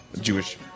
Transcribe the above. Jewish